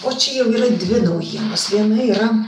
o čia jau yra dvi naujienos viena yra